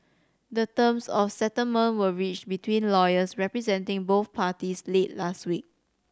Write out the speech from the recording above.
the terms of settlement were reached between lawyers representing both parties late last week